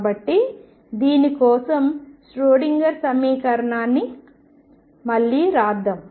కాబట్టి దీని కోసం ష్రోడింగర్ సమీకరణాన్ని మళ్లీ వ్రాద్దాం